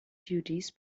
duties